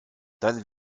dann